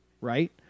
right